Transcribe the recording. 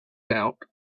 out